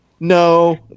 No